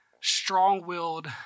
strong-willed